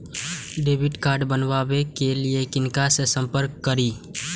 Debit card बनावे के लिए किनका से संपर्क करी?